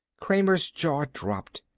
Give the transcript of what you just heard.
kramer's jaw dropped.